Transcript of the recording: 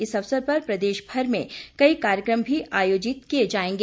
इस अवसर पर प्रदेश भर में कई कार्यक्रम भी आयोजित किए जाएंगे